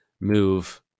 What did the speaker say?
move